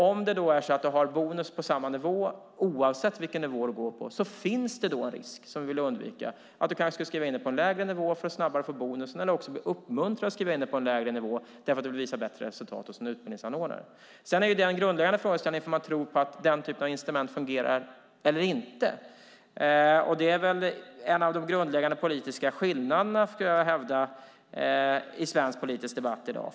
Om du då har bonus på samma nivå, oavsett vilken nivå du går på, finns det en risk, som vi vill undvika, att du skriver in dig på en lägre nivå för att snabbare få bonusen, eller också uppmuntras du att skriva in dig på en lägre nivå för att visa bättre resultat hos en utbildningsanordnare. Sedan är det en grundläggande frågeställning om man tror att den typen av instrument fungerar eller inte. Det är en av de grundläggande politiska skillnaderna, skulle jag hävda, i svensk politisk debatt i dag.